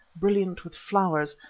brilliant with flowers,